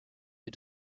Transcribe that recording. les